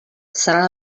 serà